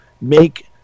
make –